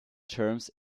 terms